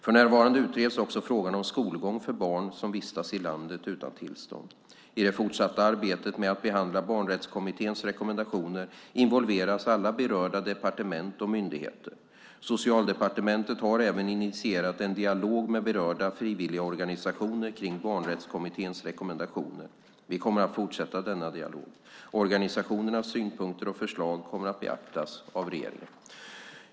För närvarande utreds också frågan om skolgång för barn som vistas i landet utan tillstånd. I det fortsatta arbetet med att behandla barnrättskommitténs rekommendationer involveras alla berörda departement och myndigheter. Socialdepartementet har även initierat en dialog med berörda frivilligorganisationer kring barnrättskommitténs rekommendationer. Vi kommer att fortsätta denna dialog. Organisationernas synpunkter och förslag kommer att beaktas av regeringen.